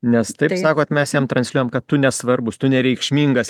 nes taip sakot mes jam transliuojam kad tu nesvarbus tu nereikšmingas